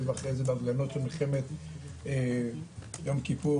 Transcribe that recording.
ואחרי זה בהפגנות של מלחמת יום כיפור,